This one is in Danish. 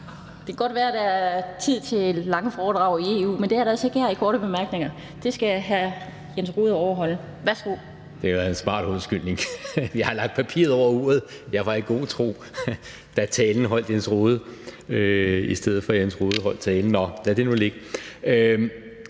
Det kan godt være, der er tid til lange foredrag i EU, men det er der altså ikke her under korte bemærkninger. Det skal hr. Jens Rohde overholde. Værsgo. Kl. 16:56 Jan E. Jørgensen (V): Det var en smart undskyldning: Jeg har lagt papiret over uret; jeg var i god tro. Da talen holdt Jens Rohde … i stedet for at Jens Rohde holdt talen. Nå, lad det nu ligge.